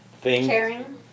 Caring